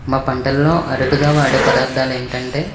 మా పంటల్లో అరుదుగా వాడే పదార్థాలు ఏంటంటే